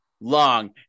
long